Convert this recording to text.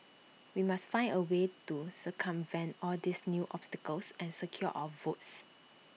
we must find A way to circumvent all these new obstacles and secure our votes